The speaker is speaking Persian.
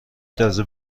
تازه